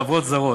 חברות זרות.